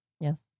Yes